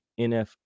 nf